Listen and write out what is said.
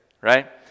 right